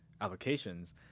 applications